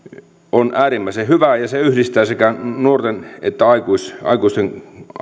on äärimmäisen hyvä ja se yhdistää sekä nuorten että aikuisten